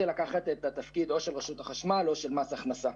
לקחת את התפקיד של רשות החשמל או של מס הכנסה,